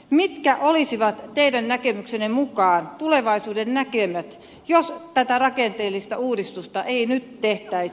mitkä olisivat teidän näkemyksenne mukaan tulevaisuudennäkymät jos tätä rakenteellista uudistusta ei nyt tehtäisi